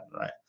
right